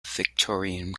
victorian